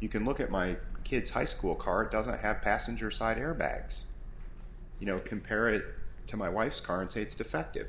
you can look at my kid's high school car doesn't have passenger side airbags you know compare it to my wife's car and say it's defective